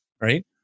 right